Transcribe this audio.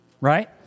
right